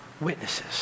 witnesses